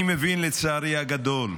אני מבין, לצערי הגדול,